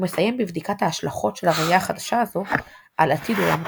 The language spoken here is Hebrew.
ומסיים בבדיקת ההשלכות של הראייה החדשה הזו על עתיד עולם התוכנה.